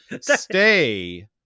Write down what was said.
Stay